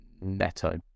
Neto